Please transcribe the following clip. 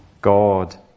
God